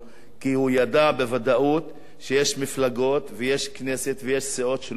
כי הוא ידע בוודאות שיש מפלגות ויש כנסת ויש סיעות שלא ייתנו.